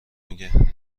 میگه